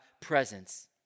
presence